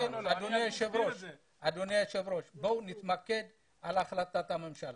אדוני היושב ראש, בוא נתמקד בהחלטת הממשלה.